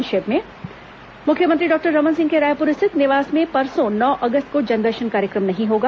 संक्षिप्त समाचार मुख्यमंत्री डॉक्टर रमन सिंह के रायपुर स्थित निवास में परसों नौ अगस्त को जनदर्शन कार्यक्रम नहीं होगा